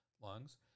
lungs